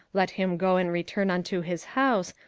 let him go and return unto his house,